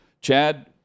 Chad